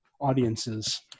audiences